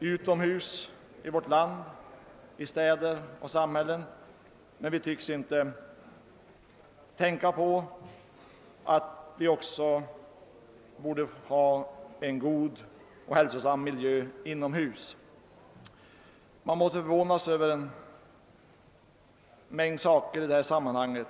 utomhus i vårt land, i städer och samhällen, men vi tycks inte tänka på att ha en god och hälsosam miljö inomhus. Man måste förvåna sig över en mängd saker i detta sammanhang.